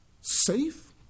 safe